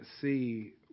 see